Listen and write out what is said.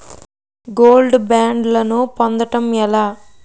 Gold బ్యాండ్లను పొందటం ఎలా?